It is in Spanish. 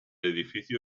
edificio